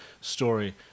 story